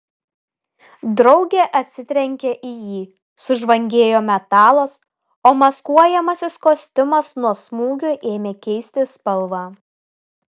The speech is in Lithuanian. draugė atsitrenkė į jį sužvangėjo metalas o maskuojamasis kostiumas nuo smūgio ėmė keisti spalvą